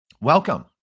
welcome